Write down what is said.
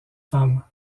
femme